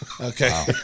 okay